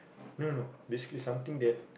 no no basically something that